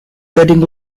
getting